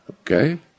okay